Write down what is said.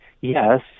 yes